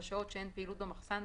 בשעות שאין פעילות במחסן,